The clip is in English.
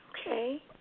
Okay